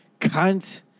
cunt